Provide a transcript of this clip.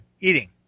eating